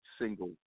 single